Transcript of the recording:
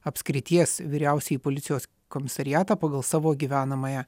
apskrities vyriausiąjį policijos komisariatą pagal savo gyvenamąją